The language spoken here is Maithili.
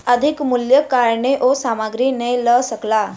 अधिक मूल्यक कारणेँ ओ सामग्री नै लअ सकला